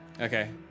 Okay